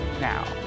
Now